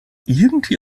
irgendwie